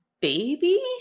baby